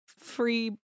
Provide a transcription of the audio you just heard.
Free